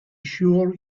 sure